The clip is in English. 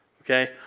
Okay